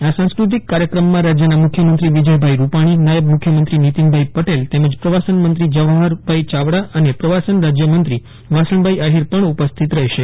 આ સાંસ્કૃતિક કાર્યક્રમમાં મુખ્ય અતિથિ તરીકે રાજ્યના મુખ્યમંત્રી વિજયભાઈ રૂપાણી અતિથિવિશેષ પદે નાયબ મુખ્યમંત્રી નીતિનભાઈ પટેલ તેમજ પ્રવાસન મંત્રી જવાહરભાઈ ચાવડા અને પ્રવાસન રાજ્યમંત્રી વાસણભાઈ આહીર પણ ઉપસ્થિત રહેશે